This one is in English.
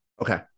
Okay